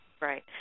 right